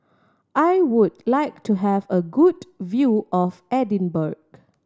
I would like to have a good view of Edinburgh